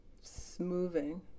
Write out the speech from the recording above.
smoothing